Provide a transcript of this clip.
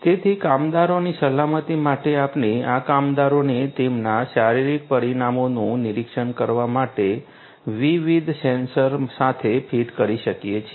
તેથી કામદારોની સલામતી માટે આપણે આ કામદારોને તેમના શારીરિક પરિમાણોનું નિરીક્ષણ કરવા માટે વિવિધ સેન્સર સાથે ફીટ કરી શકીએ છીએ